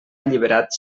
alliberat